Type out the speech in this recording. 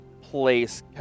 place